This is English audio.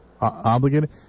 Obligated